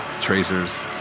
tracers